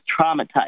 traumatized